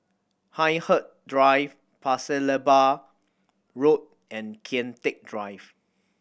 Hindhede Drive Pasir Laba Road and Kian Teck Drive